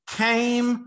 came